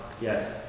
Yes